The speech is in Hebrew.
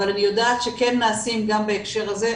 אבל אני יודעת שכן נעשים גם בהקשר הזה,